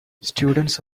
students